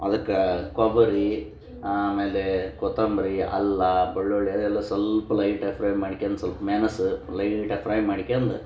ಅದಕ್ಕೆ ಕೊಬ್ಬರಿ ಆಮೇಲೆ ಕೊತ್ತಂಬರಿ ಅಲ್ಲ ಬೆಳ್ಳುಳ್ಳಿ ಅದೆಲ್ಲ ಸ್ವಲ್ಪ ಲೈಟಾಗಿ ಫ್ರೈ ಮಾಡ್ಕಂದ್ ಸ್ವಲ್ಪ ಮೆಣಸು ಲೈಟಾಗಿ ಫ್ರೈ ಮಾಡ್ಕಂದು